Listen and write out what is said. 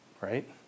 right